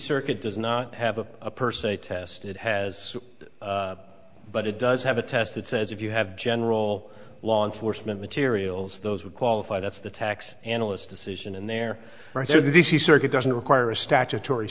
circuit does not have a per se test it has but it does have a test that says if you have general law enforcement materials those would qualify that the tax analyst decision and their rights are the d c circuit doesn't require a statutory